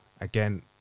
Again